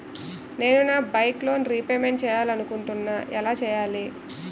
నేను నా bike loan repayment చేయాలనుకుంటున్నా ఎలా చేయాలి?